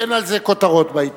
אין על זה כותרות בעיתונים.